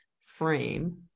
frame